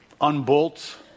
unbolt